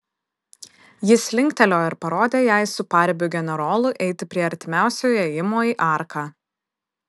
jis linktelėjo ir parodė jai su paribio generolu eiti prie artimiausio įėjimo į arką